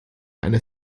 einer